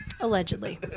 Allegedly